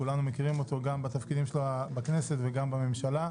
כולנו מכירים אותו גם בתפקידים שלו בכנסת וגם בממשלה,